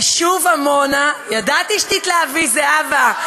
היישוב עמונה, ידעתי שתתלהבי, זהבה.